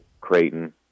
Creighton